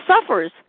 suffers